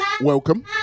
Welcome